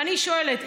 ואני שואלת,